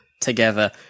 together